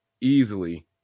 easily